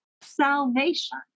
Salvation